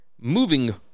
moving